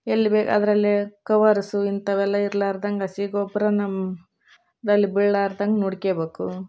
ಎಲ್ಲಿ ಬೆ ಅದರಲ್ಲಿ ಕವರ್ಸು ಇಂಥವೆಲ್ಲ ಇರ್ಲಾರ್ದಂಗ ಹಸಿ ಗೊಬ್ಬರನ ಬಿಡ್ಲಾರ್ದಂಗ ನೋಡ್ಕೋಬೇಕು